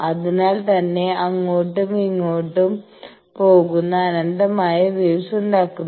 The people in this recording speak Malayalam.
അതിനാൽ തന്നെ അങ്ങോട്ടും ഇങ്ങോട്ടും പോകുന്ന അനന്തമായ വേവ്സ് ഉണ്ടാകുന്നു